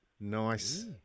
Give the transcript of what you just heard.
Nice